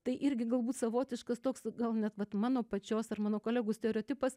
tai irgi galbūt savotiškas toks gal net vat mano pačios ar mano kolegų stereotipas